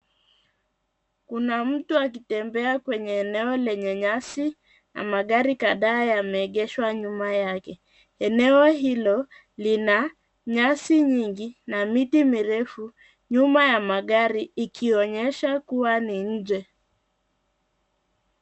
Kuna mtu akitembea kwenye eneo lenye nyasi, na magari kadhaa yameegeshwa nyuma yake. Eneo hilo lina nyasi nyingi na miti mirefu, nyuma ya magari, ikionyesha kua ni nje.